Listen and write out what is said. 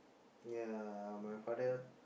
ya my father